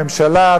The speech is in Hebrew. בממשלה,